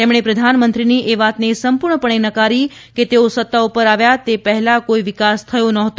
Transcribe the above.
તેમણે પ્રધાનમંત્રીની એ વાતને સંપૂર્ણપણે નકારી હતી કે તેઓ સત્તા ઉપર આવ્યા તે પહેલાં કોઇ વિકાસ થયો ન હતો